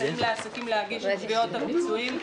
מסייעים לעסקים להגיש תביעות על פיצויים.